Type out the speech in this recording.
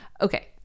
okay